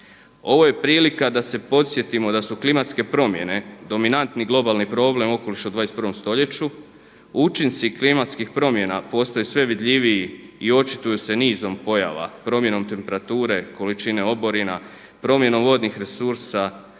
Ovo je prilika da se podsjetimo da su klimatske promjene dominantni globalni problem okoliša u 21 stoljeću, učinci klimatskih promjena postaju sve vidljiviji i očituju se nizom pojava, promjenom temperature, količine oborina, promjenom vodnih resursa,